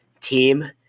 team